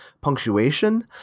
punctuation